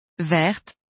verte